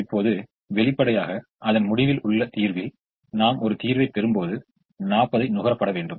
இப்போது வெளிப்படையாக அதன் முடிவில் உள்ள தீர்வில் நாம் ஒரு தீர்வைப் பெறும்போது 40 ஐ நுகரப்பட வேண்டும்